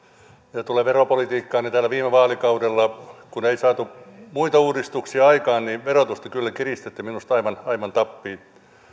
mitä tulee veropolitiikkaan niin täällä viime vaalikaudella kun ei saatu muita uudistuksia aikaan verotusta kyllä kiristitte minusta aivan tappiin